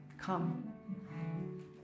Come